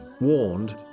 warned